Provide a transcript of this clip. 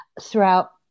throughout